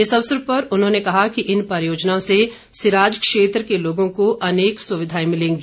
इस अवसर पर उन्होंने कहा कि इन परियोजनाओं से सिराज क्षेत्र के लोगों को अनेक सुविधाएं मिलेगी